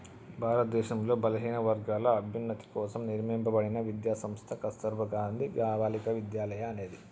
భారతదేశంలో బలహీనవర్గాల అభ్యున్నతి కోసం నిర్మింపబడిన విద్యా సంస్థ కస్తుర్బా గాంధీ బాలికా విద్యాలయ అనేది